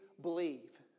believe